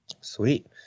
Sweet